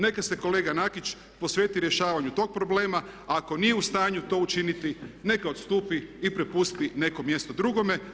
Neka se kolega Nakić posveti rješavanju tog problema, ako nije u stanju to učiniti neka odstupi i prepusti neko mjesto drugome.